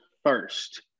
first